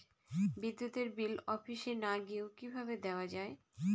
বিদ্যুতের বিল অফিসে না গিয়েও কিভাবে দেওয়া য়ায়?